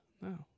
no